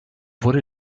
wurde